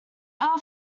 are